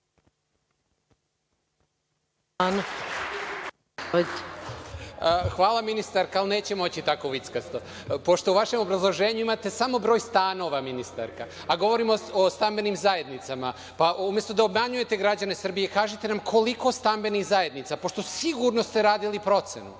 Hvala, ministarka, ali neće moći tako vickasto. Pošto u vašem obrazloženju imate samo broj stanova, ministarka, a govorimo o stambenim zajednicama, pa umesto da obmanjujete građane Srbije, kažite nam koliko stambenih zajednica, pošto sigurno ste radili procenu